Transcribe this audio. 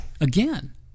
Again